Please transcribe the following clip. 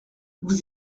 vous